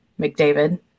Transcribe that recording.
McDavid